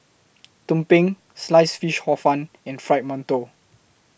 Tumpeng Sliced Fish Hor Fun and Fried mantou